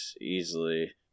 easily